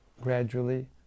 gradually